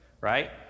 right